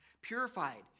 Purified